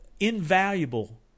invaluable